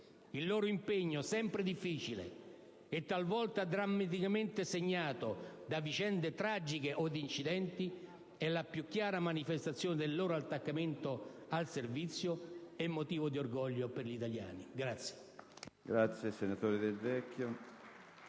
Il loro impegno, sempre difficile, e talvolta drammaticamente segnato da vicende tragiche o da incidenti, è la più chiara manifestazione del loro attaccamento al servizio e motivo di orgoglio per gli italiani.